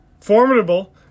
Formidable